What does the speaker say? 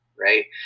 Right